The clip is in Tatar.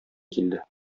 килде